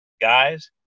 guys